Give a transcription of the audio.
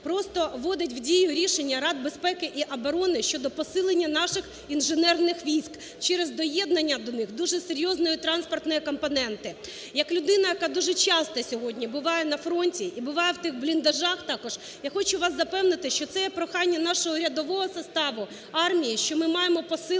просто вводить в дію рішення Ради безпеки і оборони щодо посилення наших інженерних військ через доєднання до них дуже серйозної транспортної компоненти. Як людина, яка дуже часто сьогодні буває на фронті і буває в тих бліндажах також, я хочу вас запевнити, що це є прохання нашого рядового составу армії, що ми маємо посилити